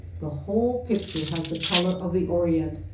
the whole picture has the color of the orient,